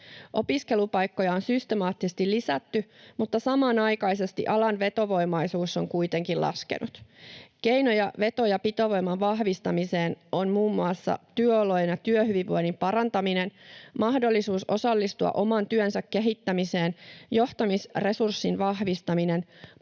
Opiskelupaikkoja on systemaattisesti lisätty, mutta samanaikaisesti alan vetovoimaisuus on kuitenkin laskenut. Keinoja veto- ja pitovoiman vahvistamiseen ovat muun muassa työolojen ja työhyvinvoinnin parantaminen, mahdollisuus osallistua oman työnsä kehittämiseen, johtamisresurssin vahvistaminen,